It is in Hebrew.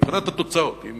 מבחינת התוצאות, אם